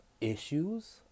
issues